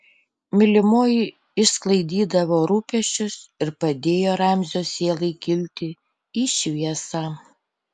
mylimoji išsklaidydavo rūpesčius ir padėjo ramzio sielai kilti į šviesą